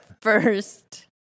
first